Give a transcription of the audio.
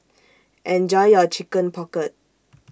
Enjoy your Chicken Pocket